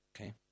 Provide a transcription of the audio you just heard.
Okay